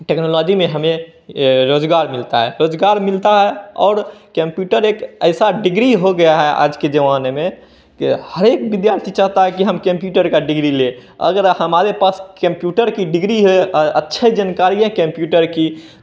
technology में हमें रोज़गार मिलता है रोज़गार मिलता है और केम्प्यूटर एक ऐसी डिग्री हो गया है आज के ज़माने में के हर एक विद्यार्थी चाहता है कि हम केम्प्यूटर की डिग्री लें अगर हमारे पास केम्प्यूटर की डिग्री है अच्छी जनकारी है केम्प्यूटर की